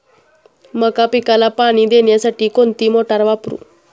मका पिकाला पाणी देण्यासाठी कोणती मोटार वापरू?